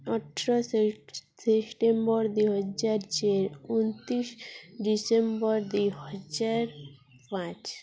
ଅଠର ସେ ସେପ୍ଟେମ୍ବର ଦୁଇହଜାର ଚେ ଅଣତିରିଶି ଡିସେମ୍ବର ଦୁଇହଜାର ପାଞ୍ଚ